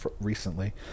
recently